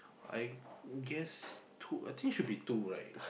I guess two I think should be two right